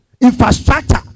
infrastructure